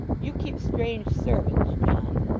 you keep strange servants, john